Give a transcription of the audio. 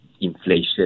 inflation